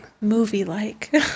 movie-like